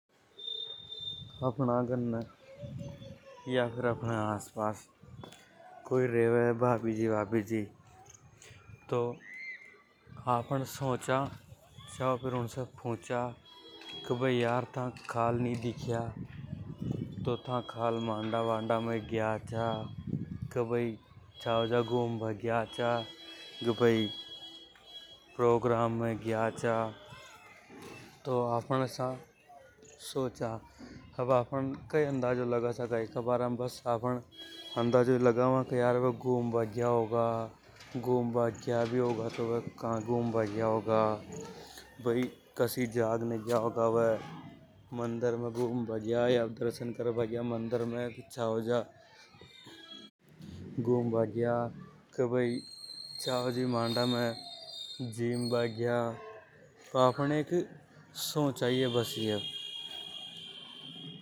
अपना घराने या आस पास कोई भाभी जी रेवे। तो आपन सोचा या फेर पूंछा के खाल नि दिखया। तो खाल था मांडा वाडा में गया छा, या छाव जा घुम्बा गया छा। के भय कई का प्रोग्राम में गया छा तो आपन आसा सोचा। बए आपन कई अंदाजा लगा सका के भय वे गुंबा गया होगा। गुम्बा गया भी होगा तो खा गया होगा भई कसी जाग ने गुम्बा गया वे। मंडर में गया या या मांडा में जिम्बा गया। तो आपन एक सोचा ई ये बस।